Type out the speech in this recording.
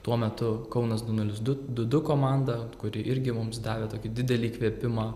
tuo metu kaunas du nulis du du du komanda kuri irgi mums davė tokį didelį įkvėpimą